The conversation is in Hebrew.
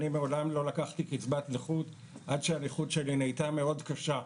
אני מעולם לא לקחתי קצבת נכות עד שהנכות שלי נהייתה קשה מאוד.